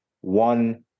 one